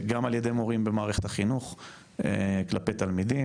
גם על ידי מורים במערכת החינוך כלפי תלמידים